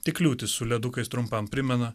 tik liūtis su ledukais trumpam primena